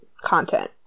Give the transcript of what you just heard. content